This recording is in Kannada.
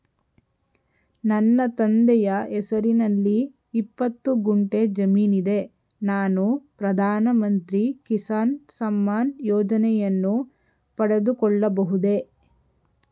ನನ್ನ ತಂದೆಯ ಹೆಸರಿನಲ್ಲಿ ಇಪ್ಪತ್ತು ಗುಂಟೆ ಜಮೀನಿದೆ ನಾನು ಪ್ರಧಾನ ಮಂತ್ರಿ ಕಿಸಾನ್ ಸಮ್ಮಾನ್ ಯೋಜನೆಯನ್ನು ಪಡೆದುಕೊಳ್ಳಬಹುದೇ?